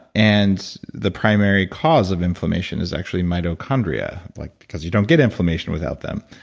and the primary cause of inflammation is actually mitochondria. like because you don't get inflammation without them.